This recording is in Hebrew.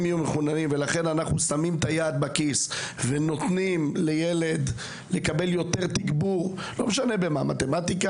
מחוננים ולכן שמים את היד בכיס ונותנים לילד לקבל יותר תגבור במתמטיקה,